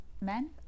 men